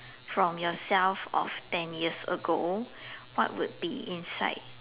from yourself of ten years ago what would be inside